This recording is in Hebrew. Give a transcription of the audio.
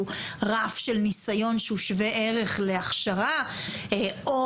שהוא רף של ניסיון שהוא שווה ערך להכשרה או